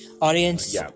Audience